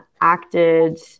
acted